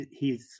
hes